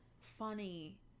funny